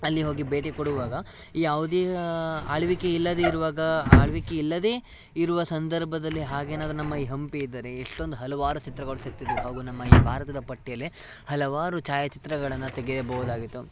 ಅಲ್ಲಿ ಹೋಗಿ ಭೇಟಿ ಕೊಡುವಾಗ ಯಾವುದೇ ಆಳ್ವಿಕೆ ಇಲ್ಲದೆ ಇರುವಾಗ ಆ ಆಳ್ವಿಕೆ ಇಲ್ಲದೇ ಇರುವ ಸಂದರ್ಭದಲ್ಲಿ ಹಾಗೇನಾದರೂ ನಮ್ಮ ಈ ಹಂಪಿ ಇದ್ದರೆ ಎಷ್ಟೊಂದು ಹಲವಾರು ಚಿತ್ರಗಳು ಸಿಕ್ತಿದ್ದವು ಹಾಗೂ ನಮ್ಮ ಈ ಭಾರತದ ಪಟ್ಟಿಯಲ್ಲೇ ಹಲವಾರು ಛಾಯಚಿತ್ರಗಳನ್ನ ತೆಗೆಯಬೌದಾಗಿತ್ತು